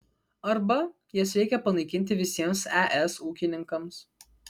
arba jas reikia panaikinti visiems es ūkininkams